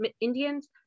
Indians